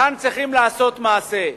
כאן צריכים לעשות מעשה.